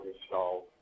installed